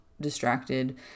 distracted